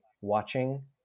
watching